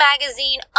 Magazine